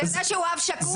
אתה יודע שהוא אב שכול?